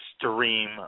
extreme